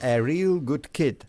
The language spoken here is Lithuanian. a real good kid